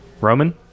Roman